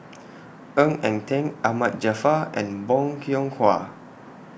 Ng Eng Teng Ahmad Jaafar and Bong Hiong Hwa